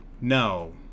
No